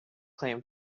claim